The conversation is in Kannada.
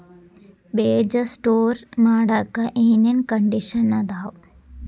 ಬೇಜ ಸ್ಟೋರ್ ಮಾಡಾಕ್ ಏನೇನ್ ಕಂಡಿಷನ್ ಅದಾವ?